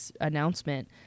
announcement